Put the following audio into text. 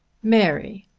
mary,